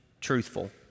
truthful